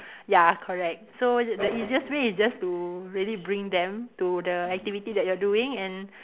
ya correct so the easiest way is just to really bring them to the activity that you're doing and